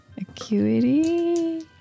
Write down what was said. Acuity